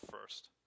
first